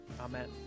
Amen